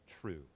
true